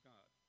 God